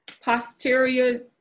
posterior